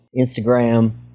Instagram